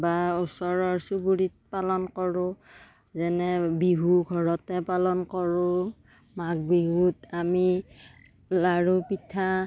বা ওচৰৰ চুবুৰীত পালন কৰোঁ যেনে বিহু ঘৰতে পালন কৰোঁ মাঘ বিহুত আমি লাৰু পিঠা